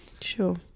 sure